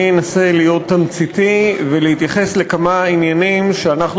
אני אנסה להיות תמציתי ולהתייחס לכמה עניינים שאנחנו